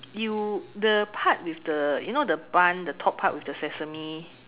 you the part with the you know the bun the top part with the sesame